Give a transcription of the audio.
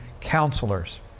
counselors